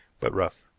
but rough.